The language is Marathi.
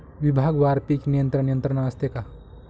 विभागवार पीक नियंत्रण यंत्रणा असते का?